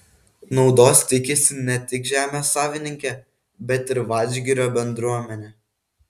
naudos tikisi ne tik žemės savininkė bet ir vadžgirio bendruomenė